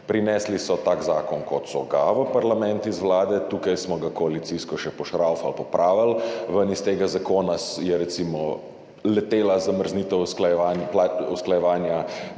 prinesli tak zakon, kot so ga, tukaj smo ga koalicijsko še pošraufali, popravili, ven iz tega zakona je recimo letela zamrznitev usklajevanja